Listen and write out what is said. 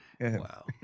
wow